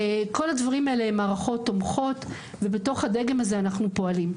כל הדברים האלה הם מערכות תומכות ובתוך הדגם הזה אנחנו פועלים.